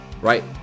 Right